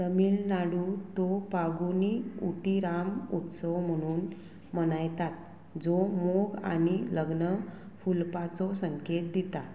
तमिळनाडू टू पागुनी उटीराम उत्सव म्हणून मनयतात जो मोग आनी लग्न फुलपाचो संकेत दितात